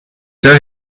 tell